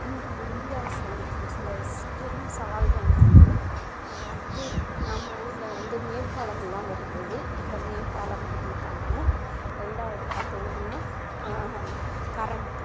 இன்று இந்தியா சந்திக்கும் சில பெரும் சவால்கள் வந்து அதாவது நம்ம ஊரில் வந்து மேம்பாலம் இல்லாமல் இருந்தது இப்போ மேம்பாலம் கட்டியிருக்காங்க ரெண்டாவது பார்த்திங்கன்னா கரண்ட்டு